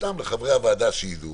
סתם לחברי הוועדה שידעו.